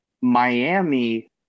Miami